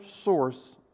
source